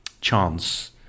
chance